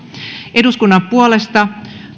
eduskunnan puolesta